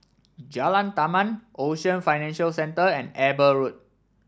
Jalan Taman Ocean Financial Centre and Eber Road